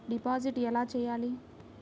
Deposit ఎలా చెయ్యాలి?